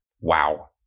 wow